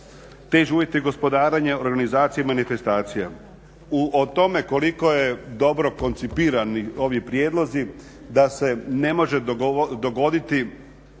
težim uvjetima gospodarenje organizacije manifestacija. U o tome koliko je dobro koncipirani ovi prijedlozi da se ne može dogoditi